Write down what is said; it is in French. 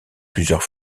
plusieurs